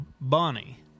Bonnie